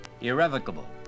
irrevocable